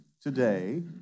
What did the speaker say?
today